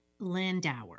Landauer